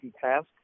task